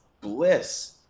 bliss